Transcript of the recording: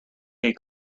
gay